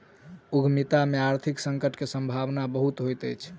उद्यमिता में आर्थिक संकट के सम्भावना बहुत होइत अछि